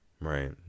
Right